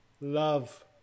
Love